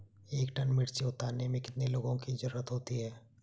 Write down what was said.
एक टन मिर्ची उतारने में कितने लोगों की ज़रुरत होती है?